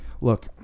Look